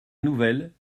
nouvelle